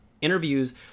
interviews